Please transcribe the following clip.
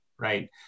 right